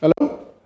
Hello